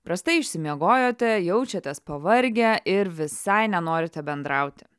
prastai išsimiegojote jaučiatės pavargę ir visai nenorite bendrauti